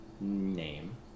name